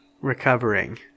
recovering